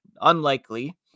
unlikely